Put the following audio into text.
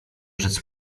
rzec